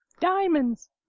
diamonds